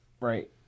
right